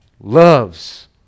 loves